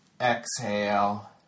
Exhale